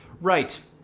Right